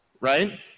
right